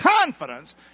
confidence